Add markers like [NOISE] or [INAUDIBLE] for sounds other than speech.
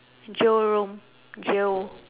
jail [LAUGHS]